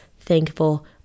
thankful